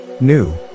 New